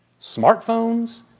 Smartphones